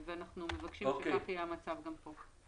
אנחנו מבקשים שכך יהיה המצב גם פה.